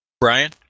Brian